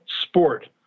sport